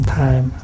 time